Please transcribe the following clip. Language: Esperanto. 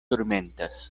turmentas